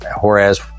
whereas